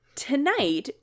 Tonight